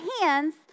hands